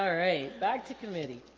all right back to committee